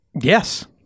Yes